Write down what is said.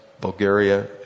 Bulgaria